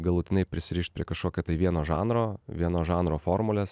galutinai prisirišt prie kažkokio vieno žanro vieno žanro formulės